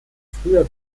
früher